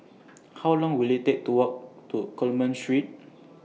How Long Will IT Take to Walk to Coleman Street